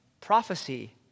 prophecy